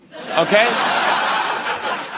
Okay